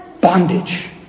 Bondage